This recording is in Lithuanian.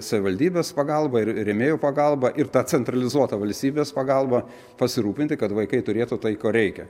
savivaldybės pagalba ir rėmėjų pagalba ir ta centralizuota valstybės pagalba pasirūpinti kad vaikai turėtų tai ko reikia